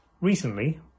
Recently